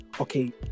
okay